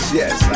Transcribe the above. yes